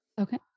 Okay